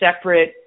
separate